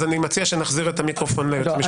אני מציע שנחזיר את המיקרופון ליועץ המשפטי לוועדה.